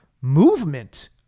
movement